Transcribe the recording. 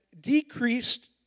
decreased